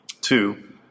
two